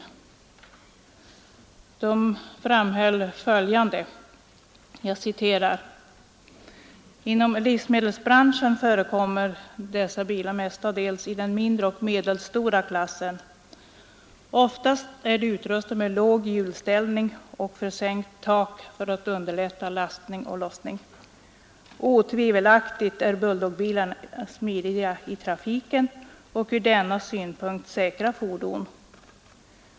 Förbundet framhöll följande: ”Inom livsmedelsbranschen förekommer dessa bilar mestadels i den mindre och medelstora klassen. Oftast är de utrustade med låg hjulställning och försänkt tak för att underlätta lastning och lossning. Otvivelaktigt är bulldoggbilarna smidiga i trafiken och ur denna synpunkt säkra fordon.